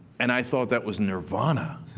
and i thought that was nirvana.